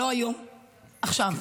לא היום, עכשיו.